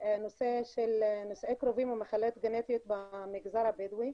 זה הנושא של נישואי קרובים ומחלות גנטיות במגזר הבדואי.